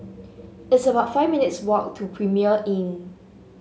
it's about five minutes' walk to Premier Inn